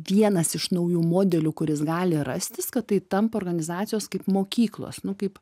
vienas iš naujų modelių kuris gali rastis kad tai tampa organizacijos kaip mokyklos nu kaip